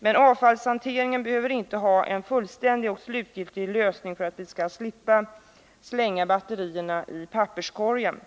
Men avfallshanteringen behöver inte ha fått en fullständig och slutgiltig lösning för att vi skall slippa slänga batterierna i papperskorgen.